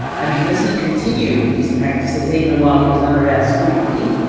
and because he continued with his practices even while he was under our scrutiny,